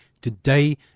today